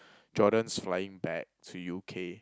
Jordon's flying back to U_K